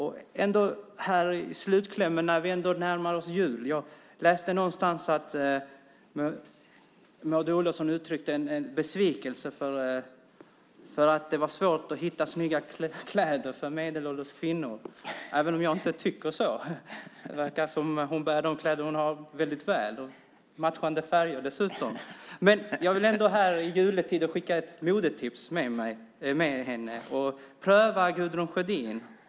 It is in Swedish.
Som slutkläm vill jag säga följande, nu när vi närmar oss jul. Jag läste någonstans att Maud Olofsson uttryckte besvikelse över att det var svårt att hitta snygga kläder för medelålders kvinnor, även om jag inte tycker att det är så. Det verkar som om Maud Olofsson bär de kläder hon har väldigt väl, och med matchande färger dessutom! Men jag vill ändå så här i juletid skicka med ett modetips. Pröva Gudrun Sjödén!